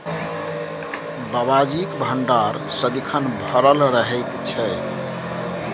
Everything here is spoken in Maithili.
बाबाजीक भंडार सदिखन भरल रहैत छै